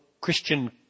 Christian